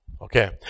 Okay